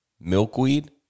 Milkweed